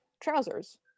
trousers